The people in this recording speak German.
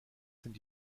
sind